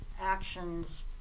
actions